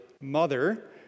mother